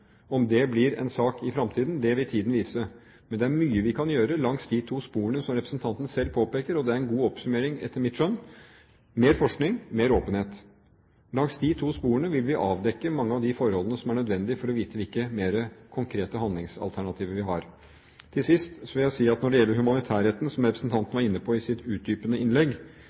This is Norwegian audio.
Om det blir en sak i framtiden, vil tiden vise. Men det er mye vi kan gjøre langs de to sporene som representanten selv påpeker, og det er en god oppsummering, etter mitt skjønn: mer forskning, mer åpenhet. Langs de to sporene vil vi avdekke mange av de forholdene som er nødvendige for å vite hvilke flere konkrete handlingsalternativer vi har. Til sist vil jeg si at når det gjelder humanitærretten, som representanten var inne på i sitt utdypende innlegg,